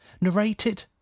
Narrated